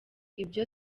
ibyo